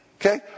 Okay